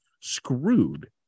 screwed